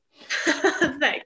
Thanks